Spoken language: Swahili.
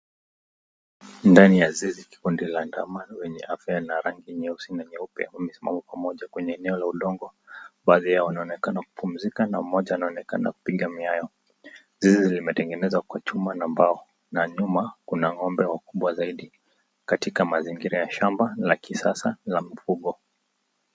Ndani ya zizi ni kundi la ndama wenye afya na rangi nyeusi na nyeupe wamesimama pamoja kwenye eneo la udongo baadhi yao wanaonekana kupumzika na mmoja anaonekana kupiga miayo. Zizi limetengenezwa kwa chuma na bao na nyuma kuna ng'ombe wakubwa zaidi katika mazingira ya shamba la kisasa la mifugo.